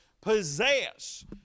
possess